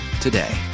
today